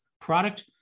product